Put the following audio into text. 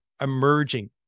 emerging